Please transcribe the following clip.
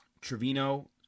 Trevino